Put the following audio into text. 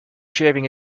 shaving